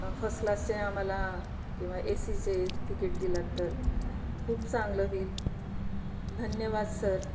first क्लासचे आम्हाला किंवा ए सीचे तिकीट दिलं तर खूप चांगलं होईल धन्यवाद सर